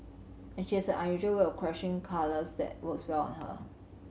and she has an unusual way of clashing colours that works well on her